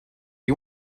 you